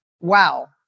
wow